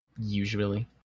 Usually